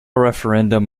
referendum